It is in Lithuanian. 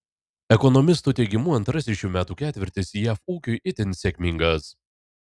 ekonomistų teigimu antrasis šių metų ketvirtis jav ūkiui itin sėkmingas